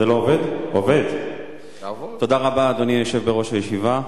תודה רבה, אדוני היושב בראש הישיבה.